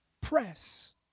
press